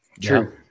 True